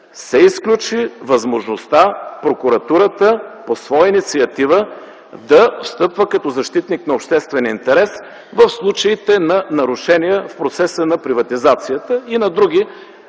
се изключи възможността прокуратурата по своя инициатива да встъпва като защитник на обществен интерес в случаите на нарушение процеса на приватизацията и на други